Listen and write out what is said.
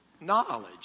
knowledge